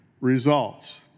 results